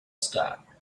star